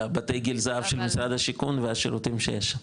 על בתי גיל הזהב של המשרד השיכון והשירותים שיש.